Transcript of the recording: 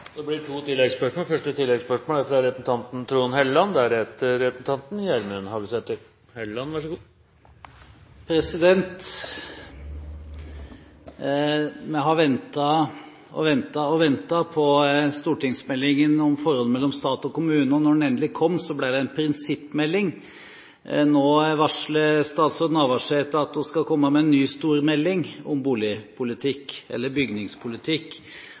blir to oppfølgingsspørsmål – først representanten Trond Helleland. Vi har ventet og ventet og ventet på stortingsmeldingen om forholdet mellom stat og kommune, og da den endelig kom, ble det en prinsippmelding. Nå varsler statsråd Navarsete at hun skal komme med en ny, stor melding om